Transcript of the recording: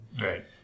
right